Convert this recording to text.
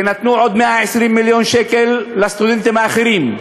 ונתנו עוד 120 מיליון שקל לסטודנטים האחרים.